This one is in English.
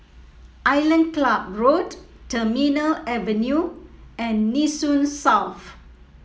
Island Club Road Terminal Avenue and Nee Soon South